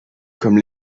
comme